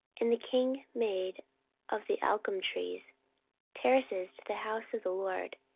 and the king made of the algum trees terraces to the house of the lord,